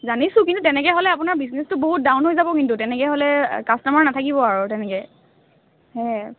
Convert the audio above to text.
জানিছোঁ কিন্তু তেনেকৈ হ'লে আপোনাৰ বিজনেছটো বহুত ডাউন হৈ যাব কিন্তু তেনেকেহ'লে কাষ্টমাৰ নাথাকিব আৰু তেনেকৈ সেয়াই আৰু